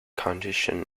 condition